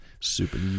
Super